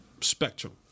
spectrum